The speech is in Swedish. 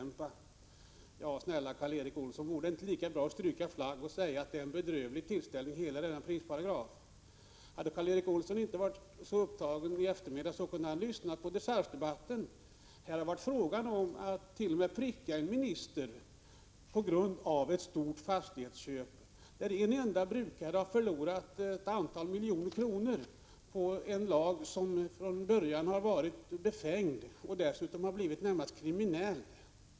Men snälla Karl Erik Olsson, är det inte lika bra att stryka flagg och tillstå att hela denna prisparagraf är bedrövlig. Om inte Karl Erik Olsson hade varit så upptagen i eftermiddags, kunde han ha lyssnat på dechargedebatten. Det var t.o.m. fråga om att pricka en minister på grund av ett stort fastighetsköp, där en brukare hade förlorat ett antal miljoner kronor till följd av en från början befängd lag. Den har dessutom blivit närmast kriminell.